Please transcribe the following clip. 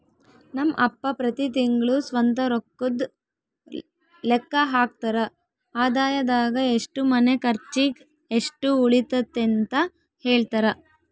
ನಮ್ ಅಪ್ಪ ಪ್ರತಿ ತಿಂಗ್ಳು ಸ್ವಂತ ರೊಕ್ಕುದ್ ಲೆಕ್ಕ ಹಾಕ್ತರ, ಆದಾಯದಾಗ ಎಷ್ಟು ಮನೆ ಕರ್ಚಿಗ್, ಎಷ್ಟು ಉಳಿತತೆಂತ ಹೆಳ್ತರ